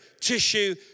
tissue